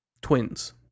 twins